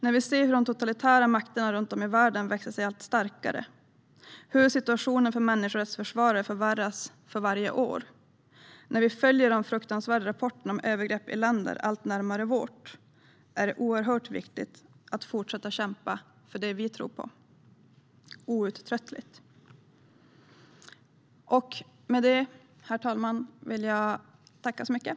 När vi ser hur de totalitära makterna runt om i världen växer sig allt starkare, när vi ser hur situationen för människorättsförsvarare förvärras för varje år och när vi följer de fruktansvärda rapporterna om övergrepp i länder allt närmare vårt är det oerhört viktigt att vi fortsätter kämpa för det vi tror på, outtröttligt.